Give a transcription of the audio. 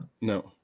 No